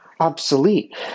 Obsolete